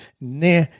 Nah